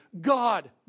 God